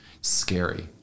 Scary